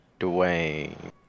Dwayne